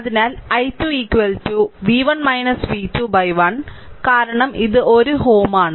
അതിനാൽ i 2 v1 v2 by 1 കാരണം ഇത് 1 Ω ആണ്